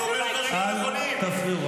חברת הכנסת בן ארי, חברת הכנסת בן ארי.